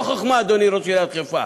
לא חוכמה, אדוני ראש עיריית חיפה.